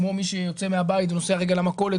כמו למשל לגבי מי שיוצא מן הבית ונוסע לרגע למכולת